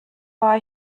war